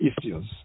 issues